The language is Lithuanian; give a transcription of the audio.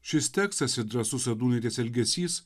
šis tekstas ir drąsus sadūnaitės elgesys